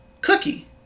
cookie